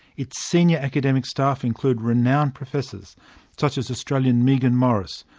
its senior academic staff include renowned professors such as australian meaghan morris,